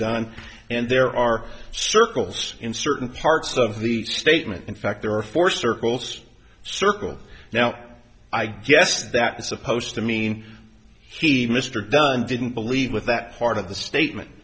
dunn and there are circles in certain parts of the statement in fact there are four circles circle now i guess that is supposed to mean he mr dunn didn't believe with that part of the statement